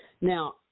Now